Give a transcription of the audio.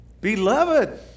beloved